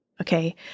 Okay